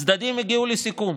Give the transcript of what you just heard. הצדדים הגיעו לסיכום.